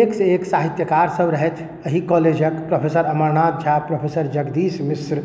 एक से एक साहित्यकार सब रहथि एहि कॉलेजके प्रोफेसर अमरनाथ झा प्रोफेसर जगदीश मिश्र